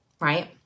right